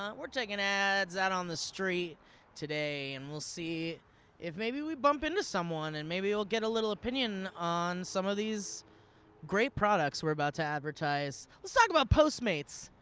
we're taking ads out on the street today and we'll see if maybe we bump into someone, and maybe we'll get a little opinion on some of these great products we're about to advertise. let's talk about postmates,